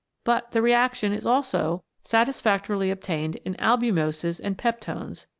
but the reaction is also satisfactorily obtained in albumoses and peptones,